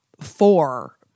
four